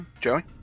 Joey